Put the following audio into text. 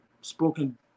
spoken